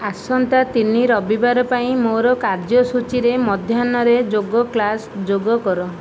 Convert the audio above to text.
ଆସନ୍ତା ତିନି ରବିବାର ପାଇଁ ମୋ'ର କାର୍ଯ୍ୟସୂଚୀରେ ମଧ୍ୟାହ୍ନରେ ଯୋଗ କ୍ଲାସ ଯୋଗ କର